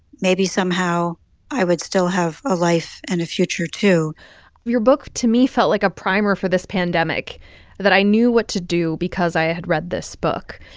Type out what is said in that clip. maybe somehow i would still have a life and a future, too your book, to me, felt like a primer for this pandemic that i knew what to do because i had read this book.